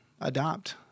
adopt